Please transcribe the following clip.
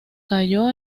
cayó